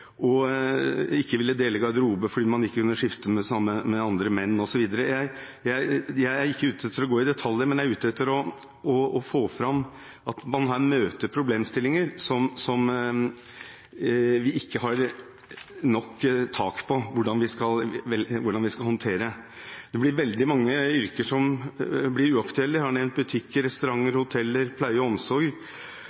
ikke ville dele garderobe, fordi man ikke kunne skifte sammen med andre menn, osv. Jeg er ikke ute etter å gå i detaljer, men jeg er ute etter å få fram at man her møter problemstillinger som vi ikke har nok tak på hvordan vi skal håndtere. Det blir veldig mange yrker som blir uaktuelle. Jeg har nevnt butikker, restauranter,